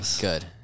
good